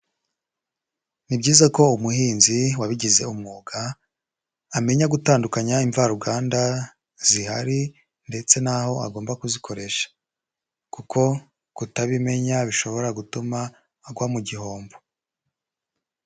Ni byiza ko umuhinzi wabigize umwuga amenya gutandukanya imvaruganda zihari ndetse naho agomba kuzikoresha, kuko kutabimenya bishobora gutuma agwa mu gihombo.